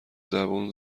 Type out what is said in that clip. زبون